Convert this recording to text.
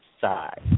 side